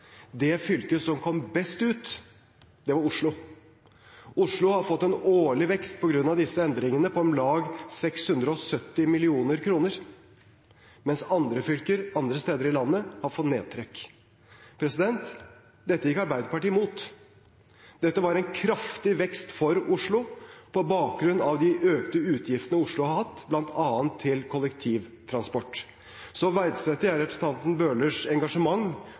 Det fylket som kom best ut, var Oslo. Oslo har på grunn av disse endringene fått en årlig vekst på om lag 670 mill. kr, mens andre fylker andre steder i landet har fått nedtrekk. Dette gikk Arbeiderpartiet imot. Dette var en kraftig vekst for Oslo, på bakgrunn av de økte utgiftene Oslo har hatt, bl.a. til kollektivtransport. Så verdsetter jeg representanten Bølers engasjement